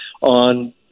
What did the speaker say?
on